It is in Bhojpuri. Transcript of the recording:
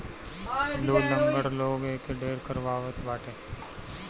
लूल, लंगड़ लोग एके ढेर करवावत बाटे